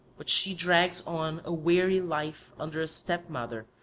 but she drags on a weary life under a stepmother,